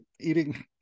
eating